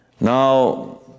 now